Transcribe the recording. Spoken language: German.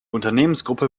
unternehmensgruppe